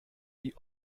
die